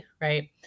right